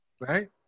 right